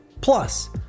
Plus